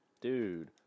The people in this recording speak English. Dude